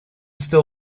still